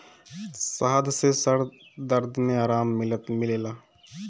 शहद से सर दर्द में आराम मिलेला